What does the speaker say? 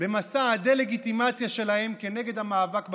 במסע הדה-לגיטימציה שלהם נגד המאבק בקורונה.